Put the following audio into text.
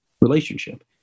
relationship